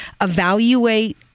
evaluate